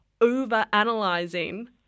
over-analyzing